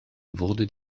wurde